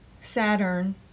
Saturn